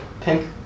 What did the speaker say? pink